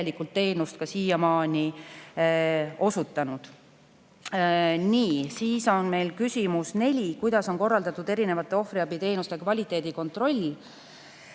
tegelikult teenust ka siiamaani osutanud. Nii, siis on meil küsimus neli: "Kuidas on korraldatud erinevate ohvriabi teenuste kvaliteedi kontroll?"